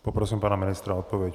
Poprosím pana ministra o odpověď.